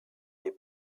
les